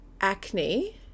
acne